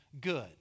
good